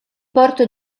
porto